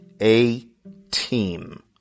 A-team